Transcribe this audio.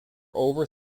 over